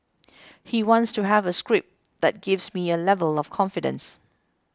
he wants to have a script that gives me a level of confidence